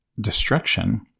destruction